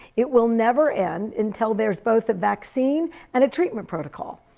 it will never end until there is both a vaccine and treatment protocol.